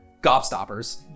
gobstoppers